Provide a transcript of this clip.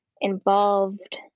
involved